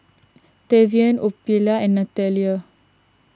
Tavian Ophelia and Nathalia